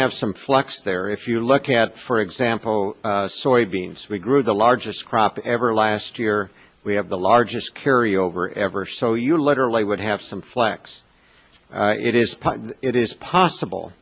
have some flex there if you look at for example soybeans we grew the largest crop ever last year we have the largest carry over ever so you literally would have some flex it is it is possible